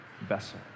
vessel